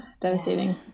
devastating